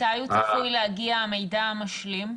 מתי צפוי להגיע המידע המשלים?